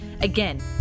Again